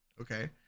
okay